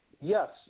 Yes